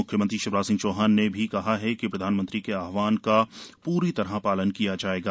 मुख्यमंत्री शिवराज सिंह चौहान ने भी कहा है कि प्रधानमंत्री के आव्हान का पूरी तरह पालन किया जायेगा